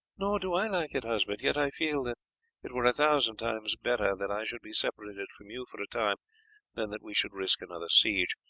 nor do i like it, husband yet i feel that it were a thousand times better that i should be separated from you for a time than that we should risk another siege.